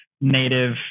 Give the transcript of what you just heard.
native